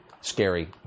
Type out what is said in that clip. scary